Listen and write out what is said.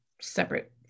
separate